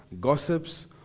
gossips